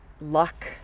luck